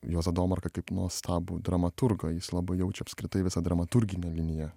juozą domarką kaip nuostabų dramaturgą jis labai jaučia apskritai visą dramaturginę liniją